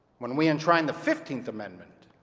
when we enshrined the fifteenth amendment,